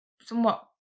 somewhat